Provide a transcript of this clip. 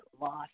lost